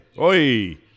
Oi